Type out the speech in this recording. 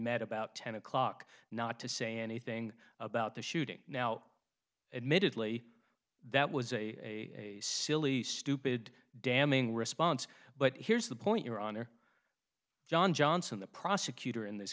met about ten o'clock not to say anything about the shooting now admittedly that was a silly stupid damning response but here's the point your honor john johnson the prosecutor in this